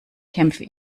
kämpfte